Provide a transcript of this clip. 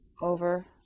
over